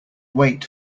wait